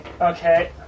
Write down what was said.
Okay